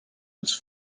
als